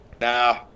Nah